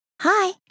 Hi